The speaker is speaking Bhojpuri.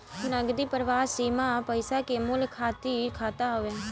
नगदी प्रवाह सीमा पईसा के मूल्य खातिर खाता हवे